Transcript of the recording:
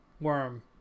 worm